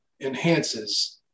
enhances